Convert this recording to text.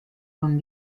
con